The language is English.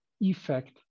effect